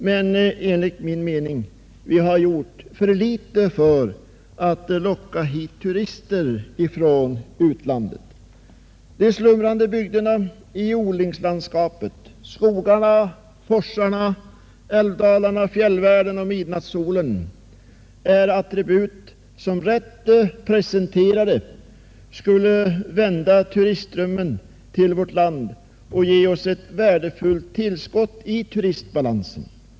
Men enligt min mening har vi gjort alltför litet för att locka hit turister från utlandet. De slumrande bygderna i odlingslandskapet, skogarna, forsarna, älvdalarna, fjällvärlden och midnattssolen är attribut som, rätt presenterade, skulle vända turistströmmen till vårt land och ge oss ett värdefullt tillskott i turistbalansen.